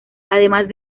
además